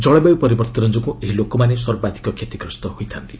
ଜଳବାୟୁ ପରିବର୍ତ୍ତନ ଯୋଗୁଁ ଏହି ଲୋକମାନେ ସର୍ବାଧିକ କ୍ଷତିଗ୍ରସ୍ତ ହୋଇଥାନ୍ତି